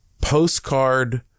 postcard